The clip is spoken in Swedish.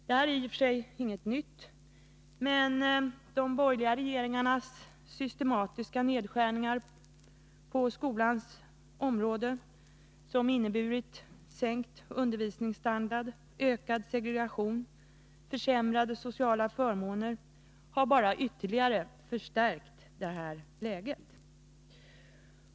Detta är i och för sig inget nytt, men de borgerliga regeringarnas systematiska nedskärningar på skolans område, som inneburit sänkt undervisningsstandard, ökad segregation och försämrade sociala förmåner, har ytterligare förstärkt det här läget.